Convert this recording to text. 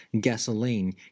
gasoline